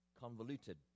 convoluted